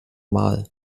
mal